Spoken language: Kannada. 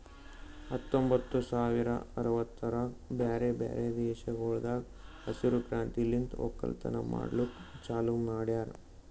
ಹತ್ತೊಂಬತ್ತು ಸಾವಿರ ಅರವತ್ತರಾಗ್ ಬ್ಯಾರೆ ಬ್ಯಾರೆ ದೇಶಗೊಳ್ದಾಗ್ ಹಸಿರು ಕ್ರಾಂತಿಲಿಂತ್ ಒಕ್ಕಲತನ ಮಾಡ್ಲುಕ್ ಚಾಲೂ ಮಾಡ್ಯಾರ್